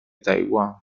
taiwán